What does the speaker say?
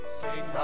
sing